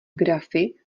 grafy